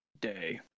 day